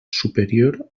superior